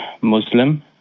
Muslim